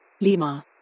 Lima